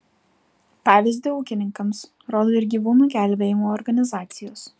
pavyzdį ūkininkams rodo ir gyvūnų gelbėjimo organizacijos